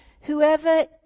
Whoever